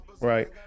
Right